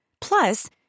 Plus